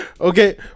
Okay